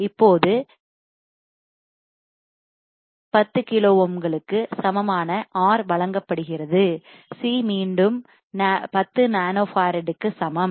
இப்போது 10 கிலோ ஓம்களுக்கு சமமான R வழங்கப்படுகிறது C மீண்டும் 10 நானோஃபாரட்டுக்கு சமம்